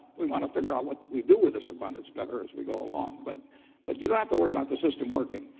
we wanna figure out what do we do with this abundance better as we go along, but but you don't have to worry about the system working.